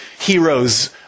heroes